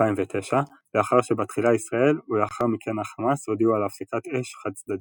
2009 לאחר שבתחילה ישראל ולאחר מכן החמאס הודיעו על הפסקת אש חד צדדית.